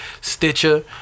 Stitcher